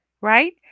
right